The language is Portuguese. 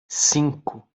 cinco